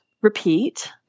repeat